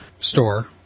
store